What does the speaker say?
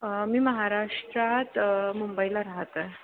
मी महाराष्ट्रात मुंबईला राहत आहे